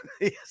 Yes